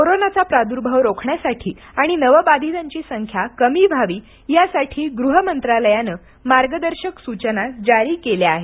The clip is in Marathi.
कोरोनाचा प्रादुर्भाव रोखण्यासाठी आणि नवबाधितांची संख्या कमी व्हावी यासाठी या मार्गदर्शक सूचना जारी केल्या आहेत